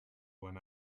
when